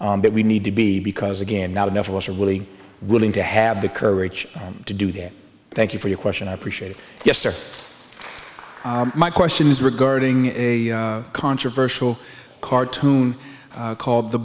tellers that we need to be because again not enough of us are really willing to have the courage to do that thank you for your question i appreciate it yes sir my question is regarding a controversial cartoon called the